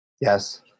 Yes